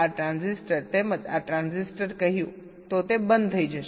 તેથી જો તમે SL ને 1 આ ટ્રાન્ઝિસ્ટર તેમજ આ ટ્રાન્ઝિસ્ટર કહ્યું તો તે બંધ થઈ જશે